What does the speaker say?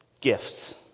gifts